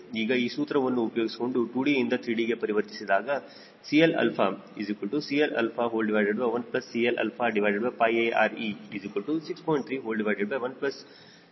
ಈಗ ಈ ಸೂತ್ರವನ್ನು ಉಪಯೋಗಿಸಿಕೊಂಡು 2 d ಇಂದ 3 d ಗೆ ಪರಿವರ್ತಿಸಿದಾಗ CLCL1CLARe6